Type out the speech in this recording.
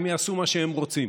הם יעשו מה שהם רוצים.